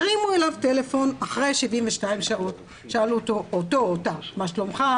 הרימו אליו טלפון אחרי 72 שאלו אותם 'מה שלומך,